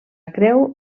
creu